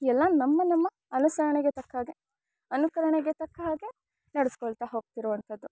ಎಲ್ಲ ನಮ್ಮ ನಮ್ಮ ಅನುಸರಣೆಗೆ ತಕ್ಕ ಹಾಗೆ ಅನುಕರಣೆಗೆ ತಕ್ಕ ಹಾಗೆ ನಡೆಸ್ಕೊಳ್ತಾ ಹೋಗ್ತಿರುವಂಥದ್ದು